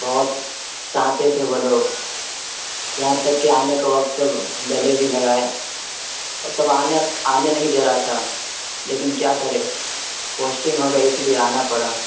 بہت چاہتے تھے وہ لوگ یہاں تک کہ آنےک وقت سب گلے بھی لگائے اور سب آنے آنے نہیں دے رہا تھا لیکن کیا کرے پوسٹنگ ہوگا اس لیے آنا پڑا